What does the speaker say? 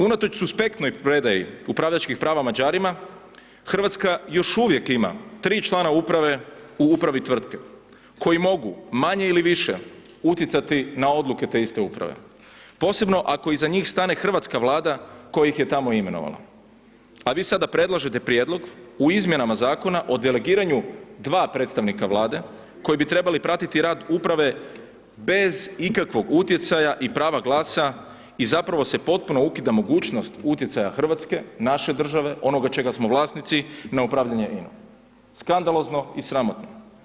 Unatoč suspektnoj predaji upravljačkih prava Mađarima, RH još uvijek ima 3 člana uprave u upravi tvrtke koji mogu manje ili više utjecati na odluke te iste uprave, posebno ako iza njih stane hrvatska Vlada kojih je tamo imenovala, a vi sada predlažete prijedlog u izmjenama Zakona o delegiranju 2 predstavnika Vlade koji bi trebali pratiti rad uprave bez ikakvog utjecaja i prava glasa i zapravo se potpuno ukida mogućnost utjecaja RH, naše države, onoga čega smo vlasnici, na upravljanje INA-om, skandalozno i sramotno.